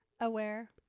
Aware